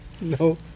No